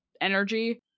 energy